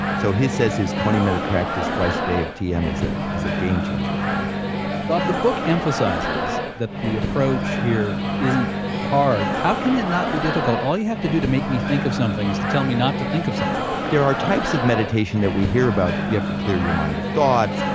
so he says his twenty minute practice twice a day of tm is ah is a game changer for him bob, the book emphasizes that the approach here isn't hard. how can it not be difficult? all you have to do to make me think of something is to tell me not to think of something. there are types of meditation that we hear about. you have to clear your mind of thoughts.